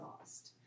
exhaust